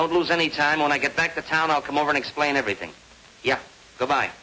don't lose any time when i get back to town i'll come over and explain everything you go by